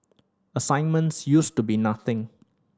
assignments used to be nothing